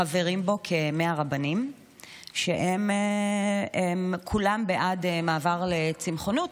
חברים בו כ-100 רבנים שהם כולם בעד מעבר לצמחונות,